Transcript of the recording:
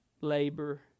labor